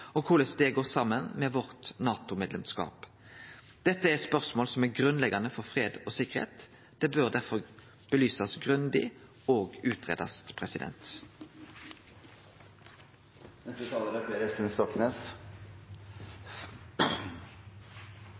og korleis det går saman med vårt NATO-medlemskap. Dette er spørsmål som er grunnleggjande for fred og sikkerheit. Det bør derfor belysast grundig og